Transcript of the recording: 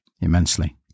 immensely